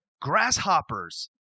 grasshoppers